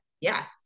Yes